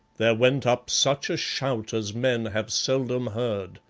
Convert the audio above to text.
there went up such a shout as men have seldom heard.